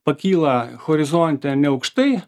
pakyla horizonte neaukštai